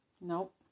Nope